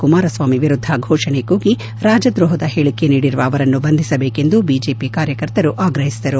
ಕುಮಾರಸ್ವಾಮಿ ವಿರುದ್ದ ಘೋಷಣೆ ಕೂಗಿ ರಾಜ ದ್ರೋಪದ ಹೇಳಿಕೆ ನೀಡಿರುವ ಅವರನ್ನು ಬಂಧಿಸಬೇಕೆಂದು ಬಿಜೆಪಿ ಕಾರ್ಯಕರ್ತರು ಆಗ್ರಹಿಸಿದರು